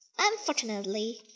unfortunately